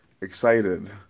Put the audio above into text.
excited